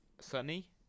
sunny